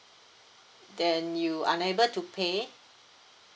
then you unable to pay